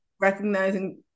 recognizing